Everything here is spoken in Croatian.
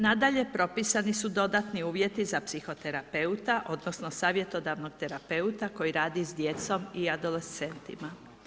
Nadalje, propisani su dodatni uvjeti za psihoterapeuta odnosno savjetodavnog terapeuta koji radi s djecom i adolescentima.